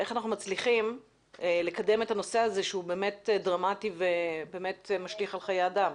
מצליחים לקדם את הנושא הזה שהוא באמת דרמטי ומשליך על חיי אדם.